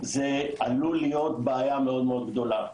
זה עלול להיות בעיה מאוד גדולה.